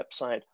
website